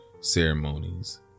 ceremonies